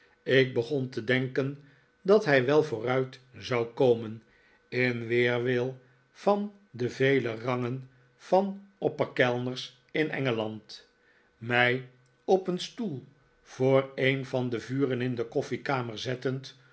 tk begon te denken dat hij wel vooruit zou komen in weerwil van de vele rangen van opper kellners in engeland mij op een stoel voor een van de vuren in de koffiekamer zettend